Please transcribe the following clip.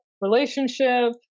relationship